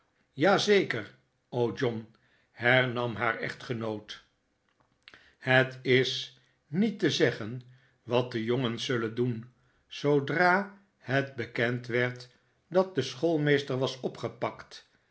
zeker o john hernam haar echtgenoot het is niet te zeggen wat de jongens zullen doen zoodra het bekend werd dat de schoolmeester was opgepakt